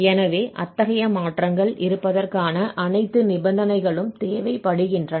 எனவே அத்தகைய மாற்றங்கள் இருப்பதற்கான அனைத்து நிபந்தனைகளும் தேவைப்படுகின்றன